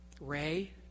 Ray